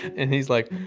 and he's like,